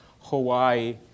Hawaii